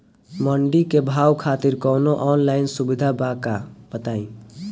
मंडी के भाव खातिर कवनो ऑनलाइन सुविधा बा का बताई?